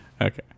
Okay